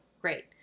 great